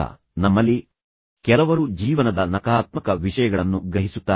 ಸ್ವಭಾವತಃ ನಮ್ಮಲ್ಲಿ ಕೆಲವರು ಜೀವನದ ನಕಾರಾತ್ಮಕ ವಿಷಯಗಳನ್ನು ಗ್ರಹಿಸುತ್ತಾರೆ